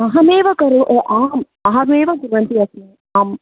अहमेव करो आम् अहमेव कुर्वती अस्मि आम्